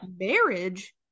Marriage